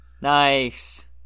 nice